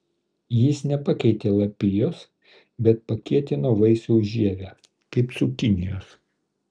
jis nepakeitė lapijos bet pakietino vaisiaus žievę kaip cukinijos